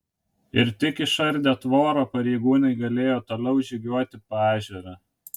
ir tik išardę tvorą pareigūnai galėjo toliau žygiuoti paežere